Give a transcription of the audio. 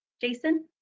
Jason